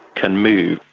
can move.